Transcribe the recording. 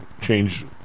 change